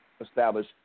Establish